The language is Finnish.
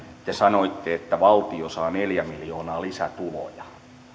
te sanoitte että valtio saa neljä miljoonaa lisätuloja